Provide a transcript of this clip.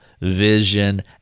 vision